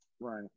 Right